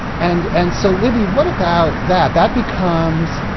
and and so, libbie, what about that? that becomes,